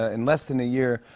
ah in less than a year,